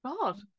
God